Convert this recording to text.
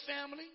family